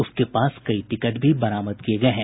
उसके पास कई टिकट भी बरामद किये गये हैं